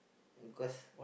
cause